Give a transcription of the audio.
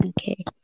Okay